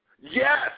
Yes